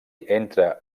entra